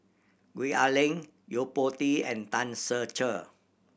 Gwee Ah Leng Yo Po Tee and Tan Ser Cher